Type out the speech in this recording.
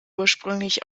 ursprünglich